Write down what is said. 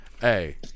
Hey